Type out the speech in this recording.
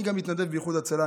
אני גם מתנדב באיחוד הצלה,